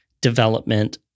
development